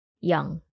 young